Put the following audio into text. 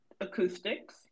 Acoustics